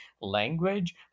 language